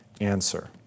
answer